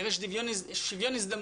נראה שוויון הזדמנויות,